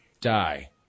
die